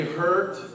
hurt